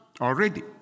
already